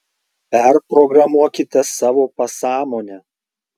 perprogramuokite savo pasąmonę